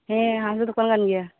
ᱦᱮᱸ ᱦᱟᱸᱥᱫᱟ ᱫᱚᱠᱟᱱ ᱠᱟᱱᱜᱮᱭᱟ